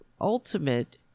ultimate